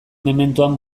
mementoan